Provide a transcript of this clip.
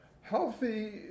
healthy